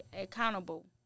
accountable